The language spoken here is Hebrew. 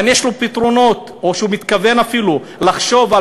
האם יש לו פתרונות או שהוא מתכוון אפילו לחשוב על